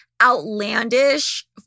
outlandish